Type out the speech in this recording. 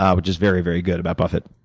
um but just very, very good about buffett.